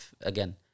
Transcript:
again